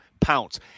pounce